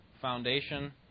foundation